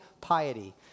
piety